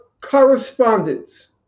correspondence